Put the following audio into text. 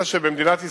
אלא שבמדינת ישראל,